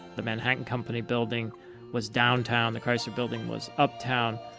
the manhattan company building was downtown. the chrysler building was uptown.